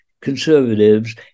conservatives